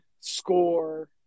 score